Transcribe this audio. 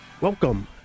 Welcome